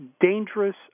dangerous